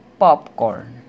popcorn